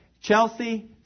Chelsea